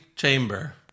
Chamber